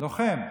לוחם.